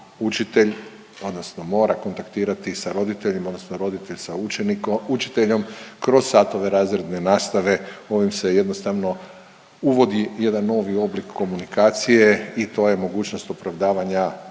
učitelj odnosno mora kontaktirati sa roditeljima odnosno roditelj sa učenik… učiteljem kroz satove razredne nastave. Ovim se jednostavno uvodi jedan novi oblik komunikacije i to je mogućnost opravdavanja